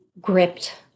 gripped